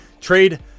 trade